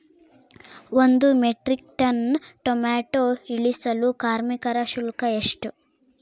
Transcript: ಒಂದು metric tonne tomato ಇಳಿಸಲು ಕಾರ್ಮಿಕರ ಶುಲ್ಕ ಎಷ್ಟು?